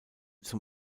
zum